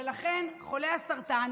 ולכן חולי הסרטן